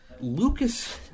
Lucas